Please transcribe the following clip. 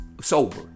sober